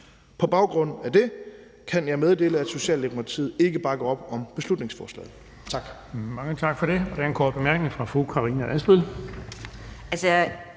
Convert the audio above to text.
På baggrund af det kan jeg meddele, at Socialdemokratiet ikke bakker op om beslutningsforslaget.